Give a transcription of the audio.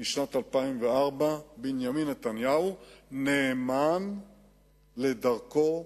משנת 2004. בנימין נתניהו נאמן לדרכו,